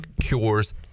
cures